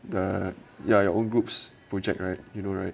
the ya your own groups project right you know right